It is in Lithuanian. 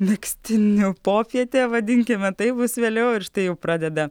megztinių popietė vadinkime taip bus vėliau ir štai jau pradeda